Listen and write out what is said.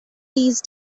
these